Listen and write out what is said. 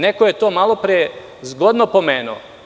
Neko je to malopre zgodno pomenuo.